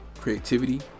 creativity